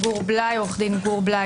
עו"ד גור בליי.